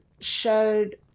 showed